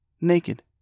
naked